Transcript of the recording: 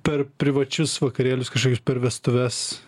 per privačius vakarėlius kažkokias per vestuves